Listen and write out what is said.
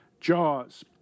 Jaws